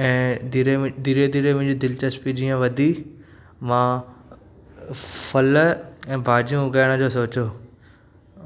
ऐं धीरे धीरे धीरे मुंहिंजी दिलचस्पी जीअं वधी मां फल ऐं भाॼियूं उॻाइण जो सोचियो